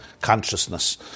consciousness